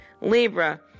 Libra